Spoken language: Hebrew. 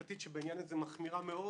להאה.